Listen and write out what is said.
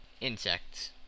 insects